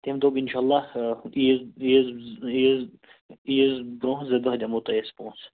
تٔمۍ دوٚپ اِنشااللہ عیٖذ عیٖذ عیٖذ عیٖذ برٛونٛہہ زٕ دۄہ دِمو تۄہہِ أسۍ پۄنٛسہٕ